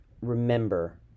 remember